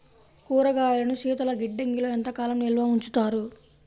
కూరగాయలను శీతలగిడ్డంగిలో ఎంత కాలం నిల్వ ఉంచుతారు?